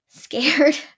Scared